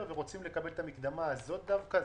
ורוצים לקבל את המקדמה הזאת דווקא,